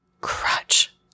crutch